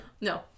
No